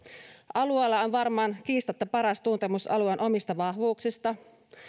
alueella on varmaan kiistatta paras tuntemus alueen omista vahvuuksista